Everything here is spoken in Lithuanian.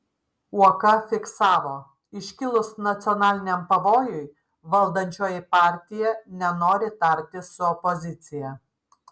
uoka fiksavo iškilus nacionaliniam pavojui valdančioji partija nenori tartis su opozicija